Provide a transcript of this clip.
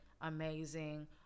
amazing